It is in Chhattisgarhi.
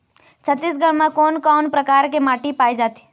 छत्तीसगढ़ म कोन कौन प्रकार के माटी पाए जाथे?